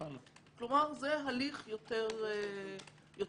כלומר, זה הליך יותר מאוזן.